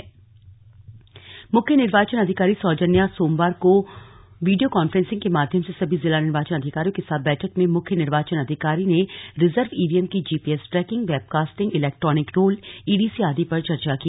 slug सौजन्या video conferencing मुख्य निर्वाचन अधिकारी सौजन्या सोमवार को वीडियो कांफ्रेसिंग के माध्यम से सभी जिला निर्वाचन अधिकारियों के साथ बैठक में मुख्य निर्वाचन अधिकारी ने रिजर्व ईवीएम की GPS tracking webcasting electronic roll EDC आदि पर चर्चा की